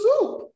soup